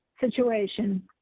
situation